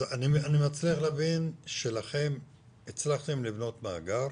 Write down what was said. אז אני מצליח להבין שהצלחתם לבנות מאגר